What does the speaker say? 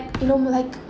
normal like